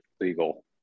legal